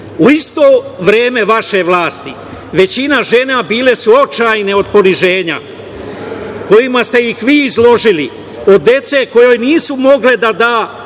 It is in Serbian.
isto vreme vaše vlasti, većina žena bile su očajne od poniženja, kojima ste ih vi izložili, od dece kojima nisu mogle da daju